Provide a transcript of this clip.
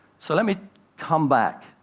so let me come back,